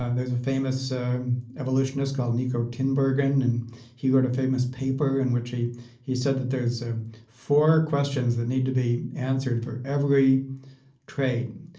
and there's a famous so evolutionist called niko tinbergen. and he wrote a famous paper in which he he said that there's four questions that need to be answered for every trait,